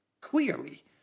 clearly